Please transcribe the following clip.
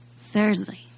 Thirdly